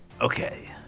Okay